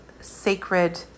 sacred